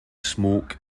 smoke